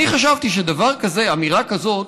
אני חשבתי שדבר כזה, אמירה כזאת,